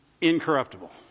incorruptible